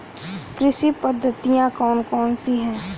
कृषि पद्धतियाँ कौन कौन सी हैं?